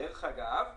דרך אגב,